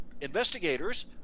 investigators